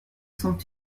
sont